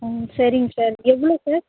ம் சரிங்க சார் எவ்வளோ சார்